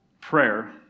prayer